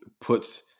puts